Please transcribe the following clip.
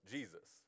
Jesus